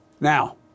Now